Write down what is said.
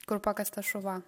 kur pakastas šuva